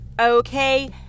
okay